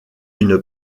une